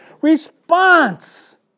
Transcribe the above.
response